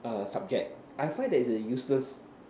err subject I find that it's a useless